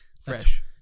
Fresh